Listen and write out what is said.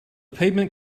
pavement